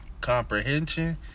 comprehension